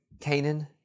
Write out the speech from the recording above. Canaan